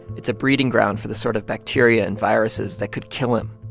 it's a breeding ground for the sort of bacteria and viruses that could kill him.